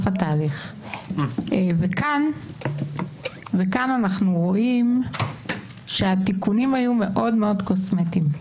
כאן אנחנו רואים שהתיקונים היו מאוד מאוד קוסמטיים.